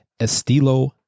Estilo